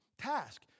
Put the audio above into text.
task